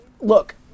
look